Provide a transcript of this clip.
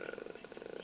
err